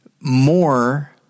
more